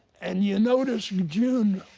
and you notice june,